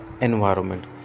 environment